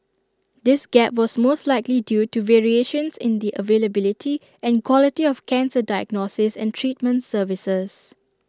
this gap was most likely due to variations in the availability and quality of cancer diagnosis and treatment services